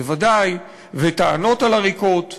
בוודאי וטענות על עריקות,